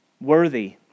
worthy